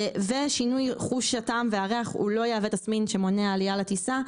ושינוי חוש הטעם והריח הוא לא יהווה תסמין שמונע עלייה לטיסה.